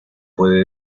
puede